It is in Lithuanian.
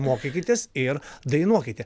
mokykitės ir dainuokite